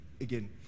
again